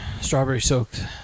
strawberry-soaked